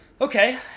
Okay